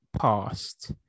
past